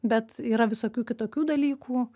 bet yra visokių kitokių dalykų